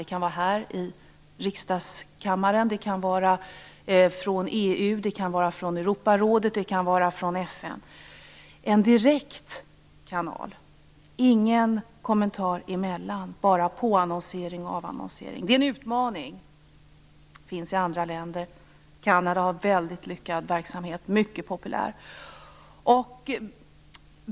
Det kan vara fråga om att sända från riksdagens kammare, EU, Europarådet och FN. Det handlar alltså om en direkt kanal, ingen kommentar emellan, bara påannonsering och avannonsering. Det är en utmaning. Det finns i andra länder. Canada har en mycket lyckad verksamhet som är mycket populär.